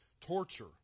torture